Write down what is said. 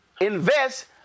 invest